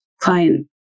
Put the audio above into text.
client